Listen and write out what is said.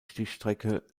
stichstrecke